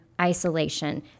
isolation